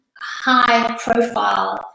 high-profile